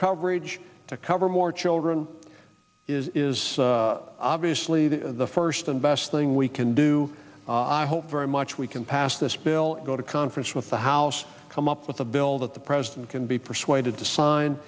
coverage to cover more children is obviously the first and best thing we can do i hope very much we can pass this bill go to conference with the house come up with a bill that the president can be persuaded to sign